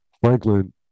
Franklin